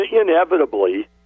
inevitably